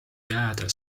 jääda